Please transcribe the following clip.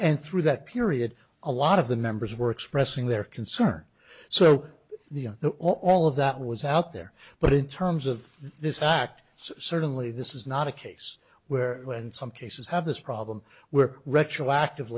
and through that period a lot of the members were expressing their concern so the the all of that was out there but in terms of this fact certainly this is not a case where when some cases have this problem where retroactive